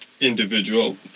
Individual